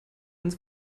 ins